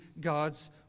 God's